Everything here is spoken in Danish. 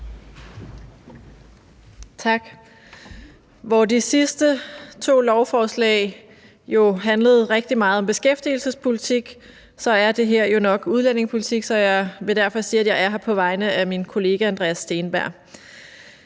Tak. Hvor de sidste to lovforslag handlede rigtig meget om beskæftigelsespolitik, er det her jo nok udlændingepolitik, så jeg vil derfor sige, at jeg er her på vegne af min kollega Andreas Steenberg.